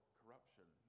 corruption